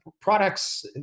products